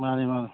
ꯃꯥꯟꯅꯦ ꯃꯥꯟꯅꯦ